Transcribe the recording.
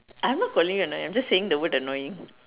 I'm not calling you annoying I'm just saying the word annoying